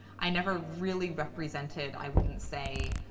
i never really represented, i wouldn't say,